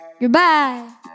Goodbye